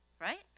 Right